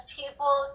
people